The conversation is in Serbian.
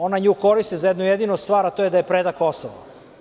Ona nju koristi za jednu jedinu stvar, a to je da joj preda Kosovo.